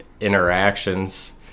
interactions